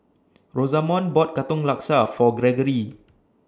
Rosamond bought Katong Laksa For Greggory